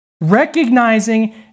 Recognizing